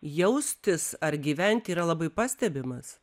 jaustis ar gyvent yra labai pastebimas